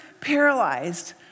paralyzed